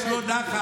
יש לו נחת.